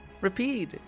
Repeat